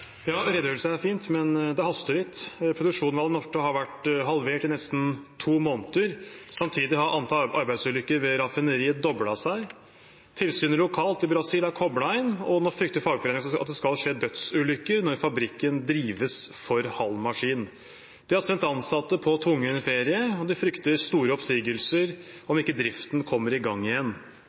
Redegjørelse er fint, men det haster litt. Produksjonen ved Alunorte har vært halvert i nesten to måneder. Samtidig har antall arbeidsulykker ved raffineriet doblet seg. Tilsynet lokalt i Brasil er koblet inn, og nå frykter fagforeningen at det skal skje dødsulykker når fabrikken drives for halv maskin. De har sendt ansatte på tvungen ferie, og de frykter store oppsigelser om driften ikke kommer i gang igjen.